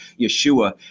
Yeshua